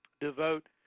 devote